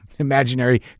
imaginary